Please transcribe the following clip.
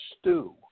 stew